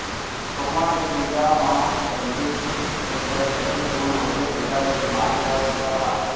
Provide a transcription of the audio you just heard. खोखमा के बीजा म एंटी इंफ्लेमेटरी गुन होथे जेकर ले बेमारी ह दुरिहा भागथे